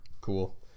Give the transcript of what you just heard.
cool